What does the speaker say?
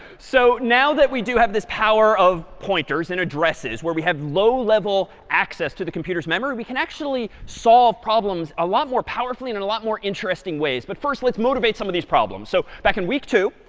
so now that we do have this power of pointers and addresses where we have low level access to the computer's memory, we can actually solve problems a lot more powerfully and in and a lot more interesting ways. but first, let's motivate some of these problems. so back in week two,